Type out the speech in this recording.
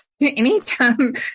anytime